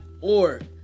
org